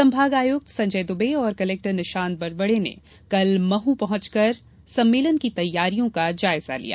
संभाग आयुक्त संजय दुबे और कलेक्टर निशांत वरवड़े ने कल महू पहुॅचकर सम्मेलन की तैयारियों का जायजा लिया